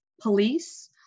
police